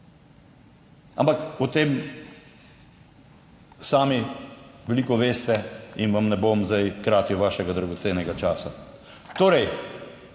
ampak o tem sami veliko veste in vam ne bom zdaj kratil vašega dragocenega časa.